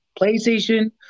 PlayStation